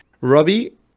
Robbie